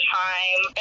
time